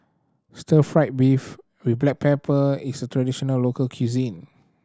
stir fried beef with black pepper is a traditional local cuisine